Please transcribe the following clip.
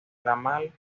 ramal